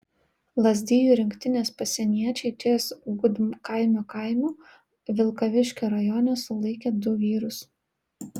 lazdijų rinktinės pasieniečiai ties gudkaimio kaimu vilkaviškio rajone sulaikė du vyrus